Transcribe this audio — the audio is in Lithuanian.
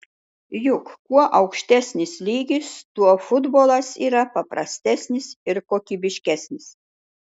juk kuo aukštesnis lygis tuo futbolas yra paprastesnis ir kokybiškesnis